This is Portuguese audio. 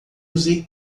usei